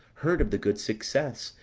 heard of the good success,